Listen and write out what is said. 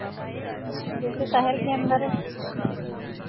जैसे शहर के अन्दर